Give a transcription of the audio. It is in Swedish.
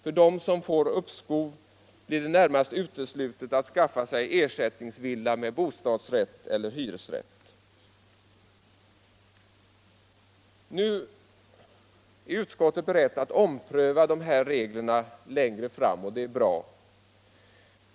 För dem som får uppskov blir det närmast uteslutet att skaffa sig ersättningsvilla med bostadsrätt eller hyresrätt. Nu är utskottet berett att ompröva de här reglerna längre fram. Det är bra.